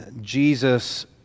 Jesus